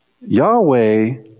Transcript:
Yahweh